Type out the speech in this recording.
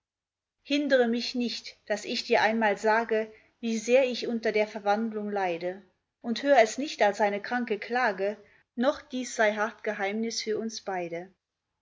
hindere mich nicht daß ich dir einmal sage wie sehr ich unter der verwandlung leide und hör es nicht als eine kranke klage noch dies sei hart geheimnis für uns beide